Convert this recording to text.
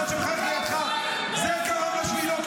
זה הביא את 7 באוקטובר.